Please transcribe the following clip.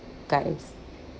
guys